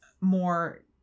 more